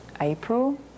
April